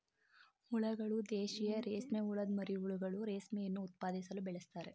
ಹುಳಗಳು ದೇಶೀಯ ರೇಷ್ಮೆಹುಳದ್ ಮರಿಹುಳುಗಳು ರೇಷ್ಮೆಯನ್ನು ಉತ್ಪಾದಿಸಲು ಬೆಳೆಸ್ತಾರೆ